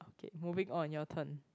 moving on your turn